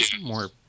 more